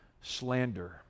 slander